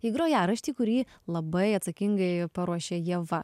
į grojaraštį kurį labai atsakingai paruošė ieva